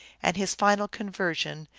and his final conversion,